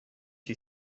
you